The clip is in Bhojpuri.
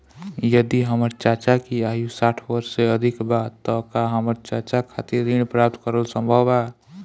यदि हमर चाचा की आयु साठ वर्ष से अधिक बा त का हमर चाचा खातिर ऋण प्राप्त करल संभव बा